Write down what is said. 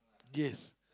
yes